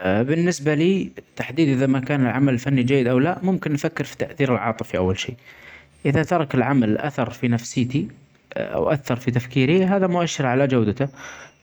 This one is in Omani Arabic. ا. بالنسبه لي تحديد اذا ما كان العمل فني جيد او لا ممكن افكر في ثأثير العاطفه اول شئ. اذا ترك العمل اثر في نفسيتي او اثر في تفكيري هذا مؤشر علي جودته.